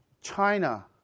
China